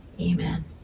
Amen